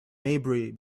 maybury